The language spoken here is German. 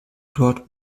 dort